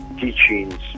teachings